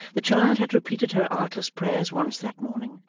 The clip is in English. the child had repeated her artless prayers once that morning,